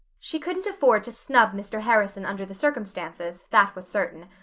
she couldn't afford to snub mr. harrison under the circumstances, that was certain.